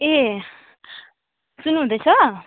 ए सुन्नु हुँदैछ